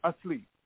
Asleep